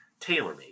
TailorMade